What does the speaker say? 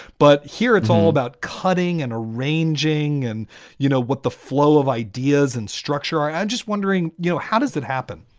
but here it's all about cutting and arranging and you know what the flow of ideas and structure are. i'm just wondering, you know, how does that happen?